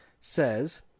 says